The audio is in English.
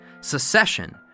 Secession